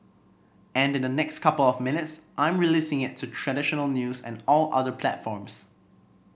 and in the next couple of minutes I'm releasing it to traditional news and all other platforms